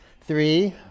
Three